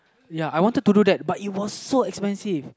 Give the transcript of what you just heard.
ya I wanted to do that but it was so expensive